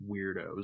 weirdos